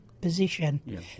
position